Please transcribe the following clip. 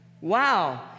wow